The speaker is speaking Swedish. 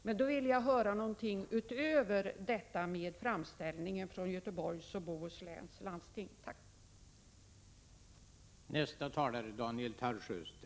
Men då vill jag höra någonting utöver detta om framställningen från Göteborgs och Bohus läns landsting, tack!